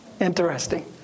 interesting